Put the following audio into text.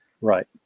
Right